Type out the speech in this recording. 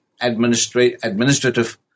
administrative